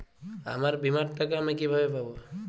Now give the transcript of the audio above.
আমার বীমার টাকা আমি কিভাবে পাবো?